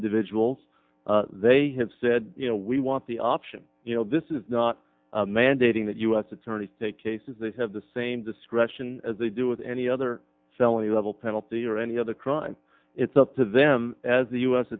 individuals they have said you know we want the option you know this is not mandating that u s attorneys take cases that have the same discretion as they do with any other felony level penalty or any other crime it's up to them as the u s